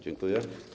Dziękuję.